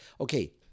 Okay